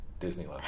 Disneyland